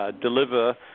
Deliver